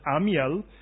Amiel